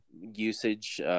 usage